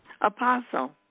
Apostle